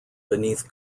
beneath